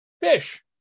fish